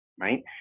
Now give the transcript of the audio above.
right